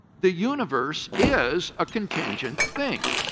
the universe is a contingent thing.